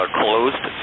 closed